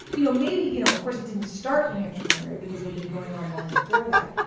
you know, maybe you know, of course it didn't start the new hampshire primary because it'd been going on long before that.